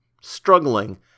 struggling